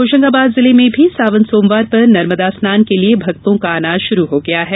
होशंगाबाद जिले में भी सावन सोमवार पर नर्मदा स्नान के लिये भक्तों का आना शुरू हो गया है